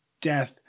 death